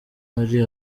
hari